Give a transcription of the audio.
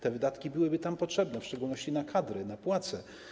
Te wydatki byłyby tam potrzebne, w szczególności na kadry, na płace.